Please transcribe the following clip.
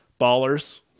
Ballers